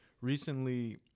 recently